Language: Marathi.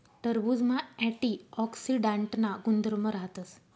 टरबुजमा अँटीऑक्सीडांटना गुणधर्म राहतस